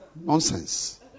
Nonsense